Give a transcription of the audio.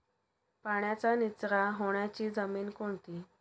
पाण्याचा निचरा होणारी जमीन कोणती?